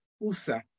USA